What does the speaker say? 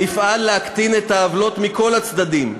נפעל להקטנת העוולות מכל הצדדים.